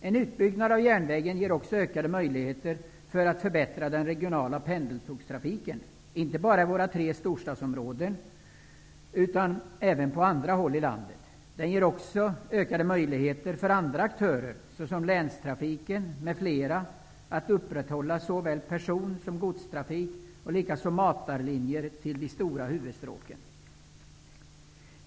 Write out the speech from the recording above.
En utbyggnad av järnvägen ger också ökade möjligheter för en förbättring av den regionala pendeltågstrafiken, inte bara i våra tre storstadsområden utan även på andra håll i landet. Det ger också ökade möjligheter för andra aktörer, såsom länstrafiken m.fl., att upprätthålla såväl person och godstrafik som matarlinjer till de stora huvudstråken.